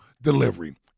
Delivery